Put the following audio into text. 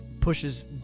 pushes